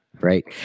Right